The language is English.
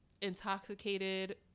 intoxicated